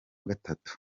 gatatu